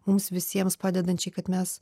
mums visiems padedančiai kad mes